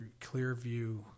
Clearview